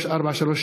קארין אלהרר,